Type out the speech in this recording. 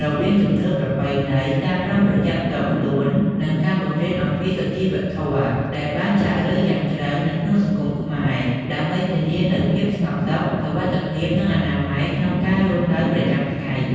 រវាងជំនឿប្រពៃណី ការប្រុងប្រយ័ត្នផ្ទាល់ខ្លួន និងការបង្រៀនអំពីសុជីវធម៌ ដែលបានចាក់ឫសយ៉ាងជ្រៅនៅក្នុងសង្គមខ្មែរ ដើម្បីធានានូវភាពស្ងប់សុខ សុវត្ថិភាព និងអនាម័យក្នុងការរស់នៅប្រចាំថ្ងៃ ។